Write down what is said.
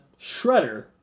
Shredder